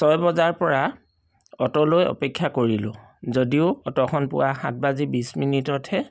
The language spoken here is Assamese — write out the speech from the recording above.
ছয় বজাৰ পৰা অটোলৈ অপেক্ষা কৰিলোঁ যদিও অটোখন পুৱা সাত বাজি বিছ মিনিটতহে